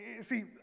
See